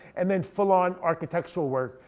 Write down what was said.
and then full on architectural work.